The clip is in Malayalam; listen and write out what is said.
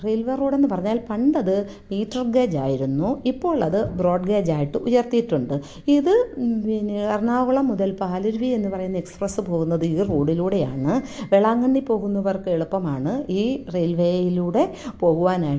റെയിൽ വേ റോഡെന്നു പറഞ്ഞാൽ പണ്ടത് മീറ്റർ ഗെയ്യ്ജായിരുന്നു ഇപ്പോൾ അത് ബ്രോഡ് ഗെയ്യ്ജായിട്ട് ഉയർത്തിയിട്ടുണ്ട് ഇത് പിന്നെ എറണാകുളം മുതൽ പാലരുവി എന്നു പറയുന്ന എക്സ്പ്രസ്സ് പോകുന്നത് ഈ റോഡിലൂടെയാണ് വേളാങ്കണ്ണി പോകുന്നവർക്ക് എളുപ്പമാണ് ഈ റയിൽ വേയിലൂടെ പോകുവാനായിട്ട്